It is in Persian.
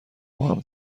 باهم